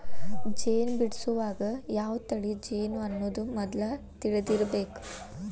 ಜೇನ ಬಿಡಸುವಾಗ ಯಾವ ತಳಿ ಜೇನು ಅನ್ನುದ ಮದ್ಲ ತಿಳದಿರಬೇಕ